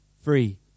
free